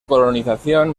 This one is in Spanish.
colonización